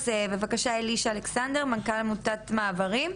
אז בבקשה אלישע אלכסנדר, מנכ"ל עמותת מעברים.